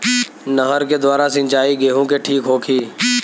नहर के द्वारा सिंचाई गेहूँ के ठीक होखि?